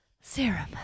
serum